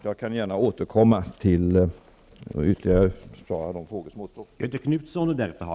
Jag återkommer gärna och svarar på de frågor som återstår.